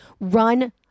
run